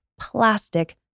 plastic